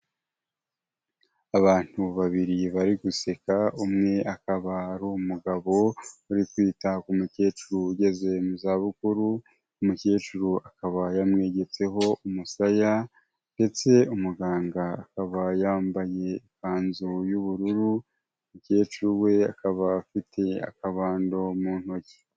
Abantu babiri bari guseka umwe akaba ari umugabo uri kwita ku mukecuru ugeze mu za bukuru, umukecuru akaba yamwegetseho umusaya, ndetse umuganga akaba yambaye ikanzu y'ubururu, umukecuru we akaba afite akabando mu ntoki.